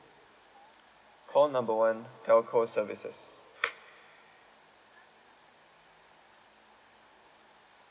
call number one telco services